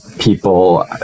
people